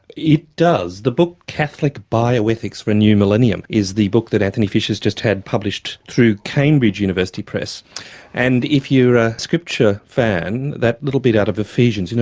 it does. the book catholic bioethics for a new millennium is the book that anthony fisher's just had published through cambridge university press and if you're a scripture fan, that little bit out of ephesians, you know,